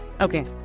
okay